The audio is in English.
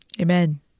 Amen